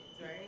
right